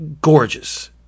Gorgeous